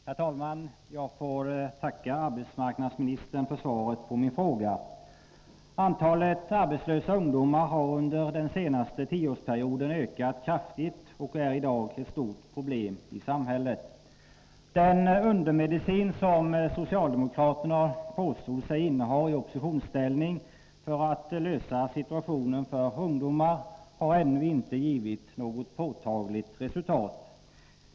Herr talman! Jag får tacka arbetsmarknadsministern för svaret på min fråga. Antalet arbetslösa ungdomar har under den senaste tioårsperioden ökat kraftigt, och ungdomsarbetslösheten är i dag ett stort problem i samhället. Den undermedicin för att lösa problemen på arbetsmarknaden för ungdomen som socialdemokraterna påstod sig inneha i oppositionsställning har ännu inte givit något påtagligt resultat.